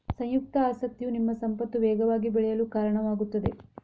ಸಂಯುಕ್ತ ಆಸಕ್ತಿಯು ನಿಮ್ಮ ಸಂಪತ್ತು ವೇಗವಾಗಿ ಬೆಳೆಯಲು ಕಾರಣವಾಗುತ್ತದೆ